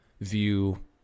view